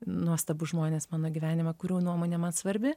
nuostabus žmonės mano gyvenime kurių nuomonė man svarbi